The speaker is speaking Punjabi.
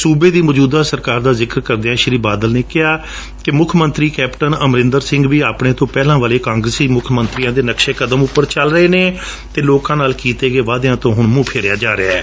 ਸੂਬੇ ਦੀ ਮੌਜੂਦਾ ਸਰਕਾਰ ਦਾ ਜਿਕਰ ਕਰਦਿਆਂ ਸ਼੍ਰੀ ਬਾਦਲ ਨੇ ਕਿਜਹਾ ਕਿ ਮੁਖ ਮੰਤਰੀ ਕੈਪਟਰਨ ਅਮਰਿੰਦਰ ਸਿੰਘ ਵੀ ਆਪਣੇ ਤੋਂ ਪਹਲਿਾਂ ਵਾਲੇ ਕਾਂਗਰਸੀ ਮੁੱਖ ਮੰਤਰੀਆਂ ਦੇ ਨਕਸ਼ੇ ਕਦਮ ਉਂਪਰ ਚੱਲ ਰਹੇ ਨੇ ਅਤੇ ਲੋਕਾਂ ਨਾਲ ਕੀਤੇ ਗਏ ਵਾਅਦਿਆਂ ਤੋ ਹੁਣ ਮੂੰਹ ਫੇਰਿਆ ਜਾ ਰਿਹੈ